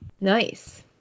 Nice